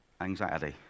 anxiety